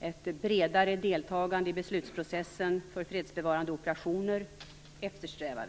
Ett bredare deltagande i beslutsprocessen för fredsbevarande operationer måste eftersträvas.